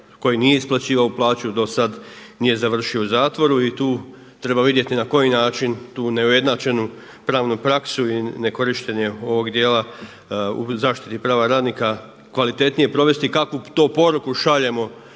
koji nije isplaćivao plaću do sad nije završio u zatvoru. I tu treba vidjeti na koji način tu neujednačenu pravnu praksu i nekorištenje ovog dijela u zaštiti prava radnika kvalitetnije provesti i kakvu to poruku šaljemo